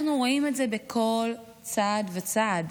אנחנו רואים את זה בכל צעד וצעד.